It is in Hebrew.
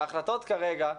ההחלטות כרגע,